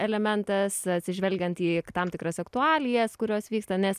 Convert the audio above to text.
elementas atsižvelgiant į tam tikras aktualijas kurios vyksta nes